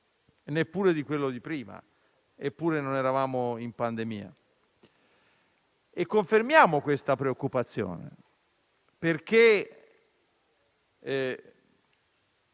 neppure di quello di prima ancora, eppure non eravamo in pandemia. Confermiamo questa preoccupazione, perché